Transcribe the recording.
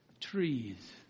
trees